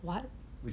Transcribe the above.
what